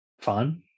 fun